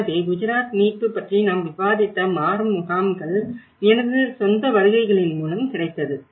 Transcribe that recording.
எனவே குஜராத் மீட்பு பற்றி நாம் விவாதித்த மாறும் முகாம்கள் எனது சொந்த வருகைகளின் மூலம் கிடைத்தது